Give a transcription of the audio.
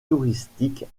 touristiques